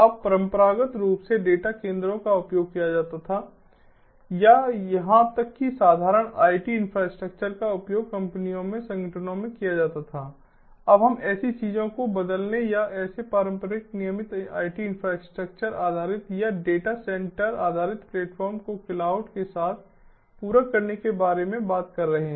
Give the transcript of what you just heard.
अब परंपरागत रूप से डेटा केंद्रों का उपयोग किया जाता था या यहां तक कि साधारण आईटी इन्फ्रास्ट्रक्चर का उपयोग कंपनियों में संगठनों में किया जाता था अब हम ऐसी चीजों को बदलने या ऐसे पारंपरिक नियमित आईटी इन्फ्रास्ट्रक्चर आधारित या डेटा सेंटर आधारित प्लेटफार्मों को क्लाउड के साथ पूरक करने के बारे में बात कर रहे हैं